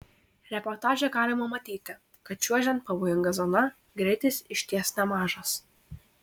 reportaže galima matyti kad čiuožiant pavojinga zona greitis iš ties nemažas